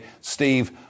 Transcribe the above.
Steve